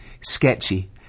sketchy